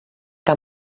que